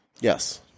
Yes